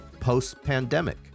post-pandemic